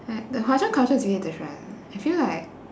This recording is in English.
like the hwa chong culture is really different I feel like